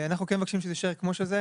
אנחנו כן מבקשים שזה יישאר כמו שזה,